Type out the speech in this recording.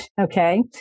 Okay